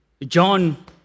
John